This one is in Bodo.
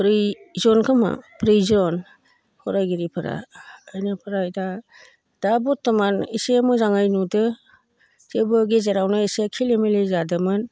ब्रै जन खोमा ब्रै जन फरायगिरिफोरा बेनिफ्राय दा दा बरथमान एसे मोजाङै नुदों थेवबो गेजेरावनो एसे खेलि मेलि जादोंमोन